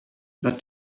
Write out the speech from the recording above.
that